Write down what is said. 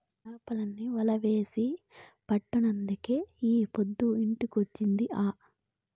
చేపల్ని వలేసి పట్టినంకే ఈ పొద్దు ఇంటికొచ్చేది ఆ